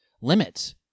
limits